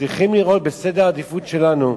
צריך לראות בסדר העדיפות שלנו,